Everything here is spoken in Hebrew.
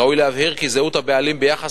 ראוי להבהיר כי זהות הבעלים ביחס